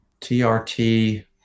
TRT